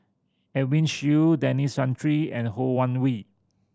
Edwin Siew Denis Santry and Ho Wan Hui